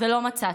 ולא מצאתי.